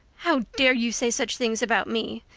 how dare you say such things about me?